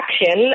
action